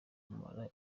munara